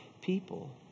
people